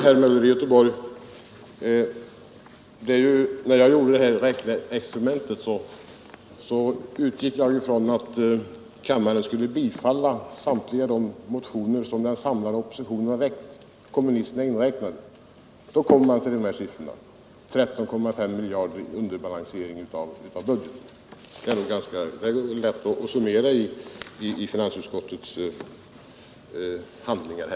Nr 140 Fru talman! När jag gjorde mitt räkneexperiment utgick jag ifrån att Onsdagen den kammaren skulle bifalla alla de motioner som den samlade oppositionen, 13 december 1972 kommunisterna inräknade, väckt. Då kommer man fram till 13,5 miljarder i underbalansering av budgeten. Det är lätt att summera förslagen i finansutskottets handlingar.